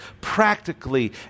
practically